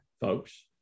folks